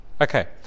Okay